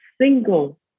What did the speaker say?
single